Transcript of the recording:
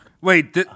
Wait